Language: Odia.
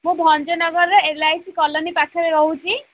ମୁଁ ଭଞ୍ଜନଗରର ଏଲ୍ ଆଇ ସି କଲୋନୀ ପାଖରେ ରହୁଛି